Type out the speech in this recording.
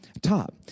top